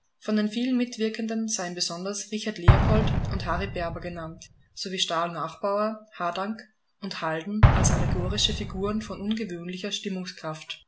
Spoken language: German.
von den vielen mitwirkenden seien besonders richard leopold und harry berber genannt sowie stahl-nachbaur hadank und halden als allegorische figuren von ungewöhnlicher